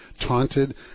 taunted